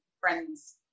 friends